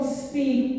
speak